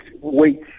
wait